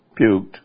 puked